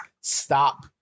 stop